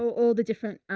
all the different,